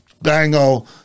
bango